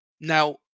Now